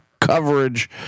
coverage